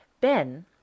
Ben